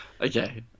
Okay